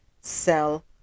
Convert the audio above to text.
sell